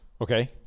Okay